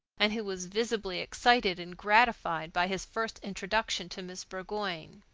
and who was visibly excited and gratified by his first introduction to miss burgoyne.